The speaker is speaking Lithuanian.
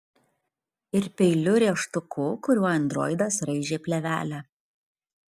ir peiliu rėžtuku kuriuo androidas raižė plėvelę